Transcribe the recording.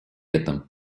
этом